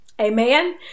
Amen